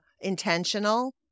intentional